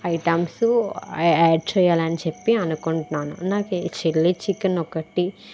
items add చేయాలని చెప్పి అనుకుంటున్నాను నాకు చిల్లీ చికెన్ ఒకటి